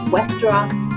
Westeros